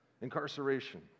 Incarceration